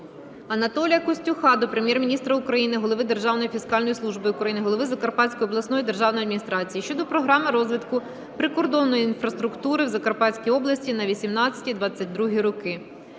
Анатолія Костюха до Прем'єр-міністра України, голови Державної фіскальної служби України, голови Закарпатської обласної державної адміністрації щодо Програми розвитку прикордонної інфраструктури в Закарпатській області на 2018-2022 роки.